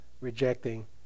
rejecting